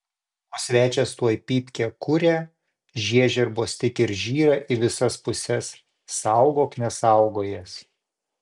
o svečias tuoj pypkę kuria žiežirbos tik ir žyra į visas puses saugok nesaugojęs